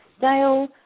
Dale